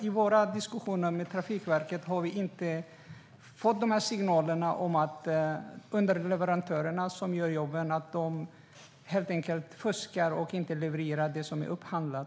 I våra diskussioner med Trafikverket har vi inte fått signalerna att underleverantörerna som gör jobben helt enkelt fuskar och inte levererar det som är upphandlat.